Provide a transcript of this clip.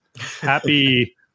happy